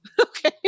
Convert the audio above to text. Okay